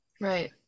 Right